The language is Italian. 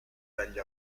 dagli